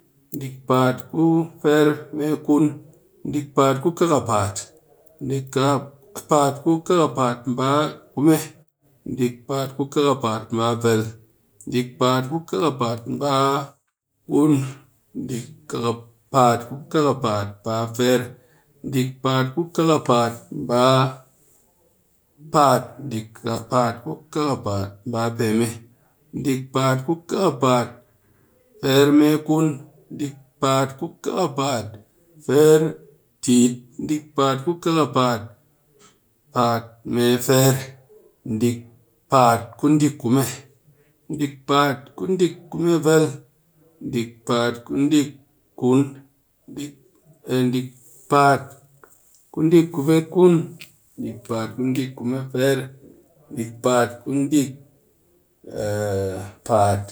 Dick paat ku kaa'paat dick paat ku kaapaat baa kume, dick paat ku kaapaat baa vel dick paat ku kaapaat kun dick paat ku kaapaat baa fire dick paat ku kaapaat baa paat dick paat ku kaapaat peme dick paat ku kaapaat baa firemikun dick paat ku kaapaat firetit dick paat ku kaapaat firemekun dick paat ku kaapaat firetit dick paat ku kaapaat paatmifire dick paat ku dick kume dick paat ku dcik kume dick paat ku dick kun.